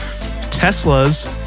Tesla's